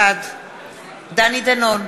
בעד דני דנון,